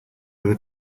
other